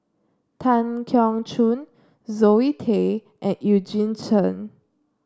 Tan Keong Choon Zoe Tay and Eugene Chen